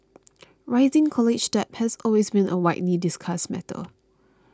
rising college debt has been a widely discussed matter